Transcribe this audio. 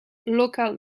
local